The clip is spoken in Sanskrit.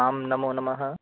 आम् नमो नमः